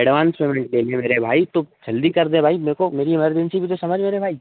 advance payment ले ले मेरे भाई तू जल्दी कर दे भाई मेरे को मेरी इमरजेंसी भी तो समझ मेरे भाई